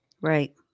Right